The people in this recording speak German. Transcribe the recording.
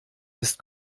ist